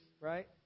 right